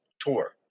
tour